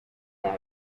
bets